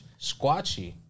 Squatchy